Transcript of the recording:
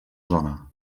zona